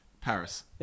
Paris